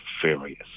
furious